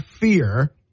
fear